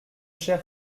cher